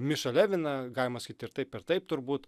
mišą leviną galima sakyt ir taip ir taip turbūt